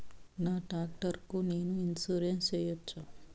నా టాక్టర్ కు నేను ఇన్సూరెన్సు సేయొచ్చా?